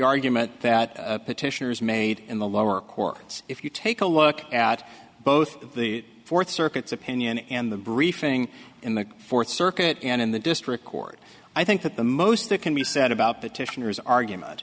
argument that petitioners made in the lower courts if you take a look at both the fourth circuit's opinion and the briefing in the fourth circuit and in the district court i think that the most that can be said about petitioners argument